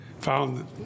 found